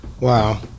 Wow